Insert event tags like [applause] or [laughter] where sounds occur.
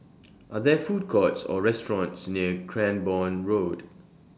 [noise] Are There Food Courts Or restaurants near Cranborne Road